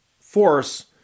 force